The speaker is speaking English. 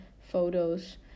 photos